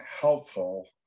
helpful